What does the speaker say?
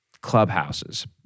clubhouses